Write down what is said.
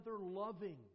loving